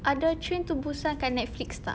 ada train to busan kat netflix tak